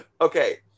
Okay